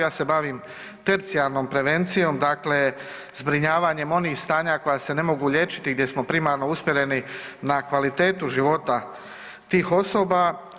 Ja se bavim tercijarnom prevencijom, dakle zbrinjavanjem onih stanja koja se ne mogu liječiti, gdje smo primarno usmjereni na kvalitetu života tih osoba.